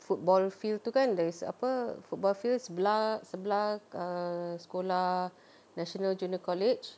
football field tu kan there is apa football field sebelah sebelah err sekolah national junior college